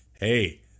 Hey